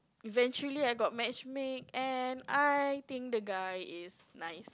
eventually I got matchmake and I think the guy is nice